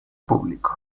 público